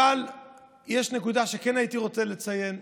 אבל יש נקודה שכן הייתי רוצה לציין,